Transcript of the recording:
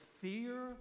fear